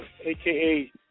aka